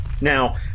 Now